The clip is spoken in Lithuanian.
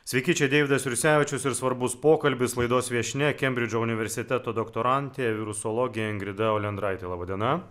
sveiki čia deividas jursevičius ir svarbus pokalbis laidos viešnia kembridžo universiteto doktorantė virusologė ingrida olendraitė laba diena